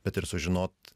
bet ir sužinot